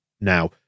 now